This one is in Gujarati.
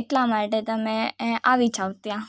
એટલા માટે તમે અહીંયા આવી જાવ ત્યાં